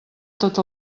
tot